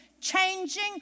Changing